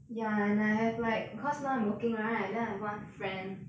ya and I have like cause now I'm working right then I have one friend